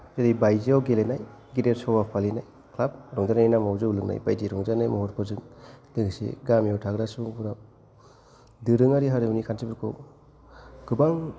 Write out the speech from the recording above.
जेरै बायजोआव गेलेनाय गेदेर सभा फालिनाय क्लाब रंजानाय नामाव जौ लोंनाय बायदि रंजानाय महरफोरजों लोगोसे गामियाव थाग्रा सुबुंफोरा दोरोंआरि हारिमुनि खान्थिफोरखौ गोबां